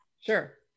sure